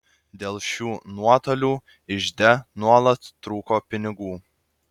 dėl šių nuotolių ižde nuolat trūko pinigų